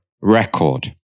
record